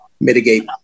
mitigate